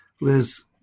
Liz